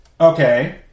Okay